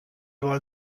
vol